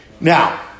Now